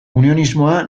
unionismoa